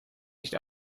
nicht